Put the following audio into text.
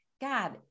god